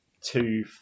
two